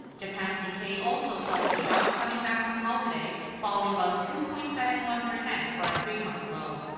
japan's nikkei also felt the shock, coming back from holiday, falling about two point seven one percent. for a three-month low.